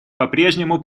попрежнему